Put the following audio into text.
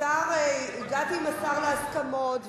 הגעתי עם השר להסכמות,